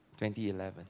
2011